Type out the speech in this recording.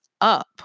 up